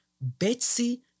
Betsy